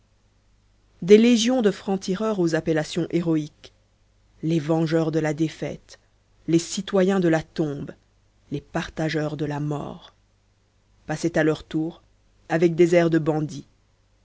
des légions de francs-tireurs aux appellations héroïques les vengeurs de la défaite les citoyens de la tombe les partageurs de la mort passaient à leur tour avec des airs de bandits